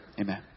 Amen